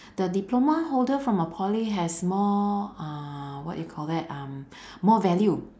the diploma holder from a poly has more uh what you call that um more value